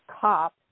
cop